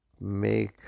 Make